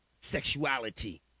sexuality